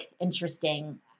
interesting